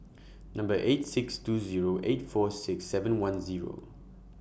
Number eight six two Zero eight four six seven one Zero